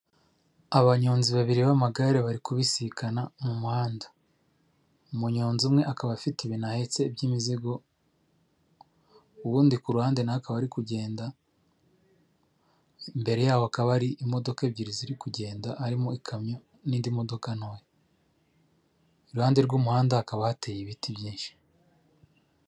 Abanyonzi babiri b'amagare bari kubisikana mu muhanda umunyonzi umwe akaba afite ibintu ahetse by'imizigo uwundi ku ruhande nawe akaba ari kugenda imbere ye hakaba hari imodoka ebyiri ziri kugenda harimo ikamyo n'indi modoka iruhande rw'umuhanda hakaba hateye ibiti byinshi.